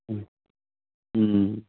ও